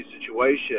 situation